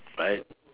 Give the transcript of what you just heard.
right